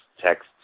texts